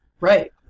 Right